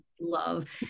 love